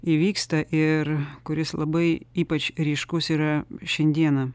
įvyksta ir kuris labai ypač ryškus yra šiandieną